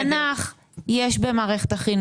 תנ"ך יש במערכת החינוך.